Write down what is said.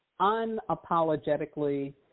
unapologetically